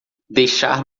deixar